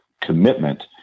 commitment